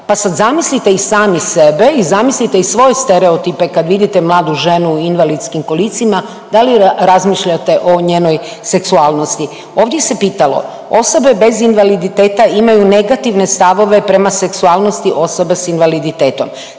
pa sad zamislite i sami sebe, zamislite i svoje stereotipe kad vidite mladu ženu u invalidskim kolicima da li razmišljate o njenoj seksualnosti. Ovdje se pitalo, osobe bez invaliditeta imaju negativne stavove prema seksualnosti osobe s invaliditetom,